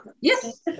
Yes